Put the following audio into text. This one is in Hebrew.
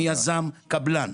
מיזם עד קבלן.